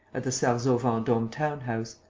at the sarzeau-vendome town-house.